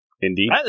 Indeed